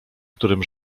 którym